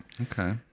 Okay